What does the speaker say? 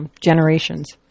generations